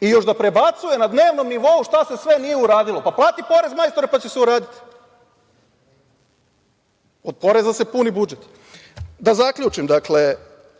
I još da prebacuje na dnevnom nivou šta se sve nije uradilo! Pa, plati porez, majstore, pa će se uraditi! Od poreza se puni budžet. Da zaključim. Dakle,